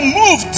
move